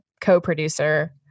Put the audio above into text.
co-producer